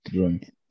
Right